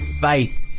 faith